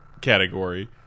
category